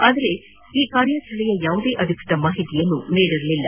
ಆದರೆ ಆ ಕುಟುಕು ಕಾರ್ಯಾಚರಣೆಯ ಯಾವುದೇ ಅಧಿಕೃತ ಮಾಹಿತಿ ನೀಡಿರಲಿಲ್ಲ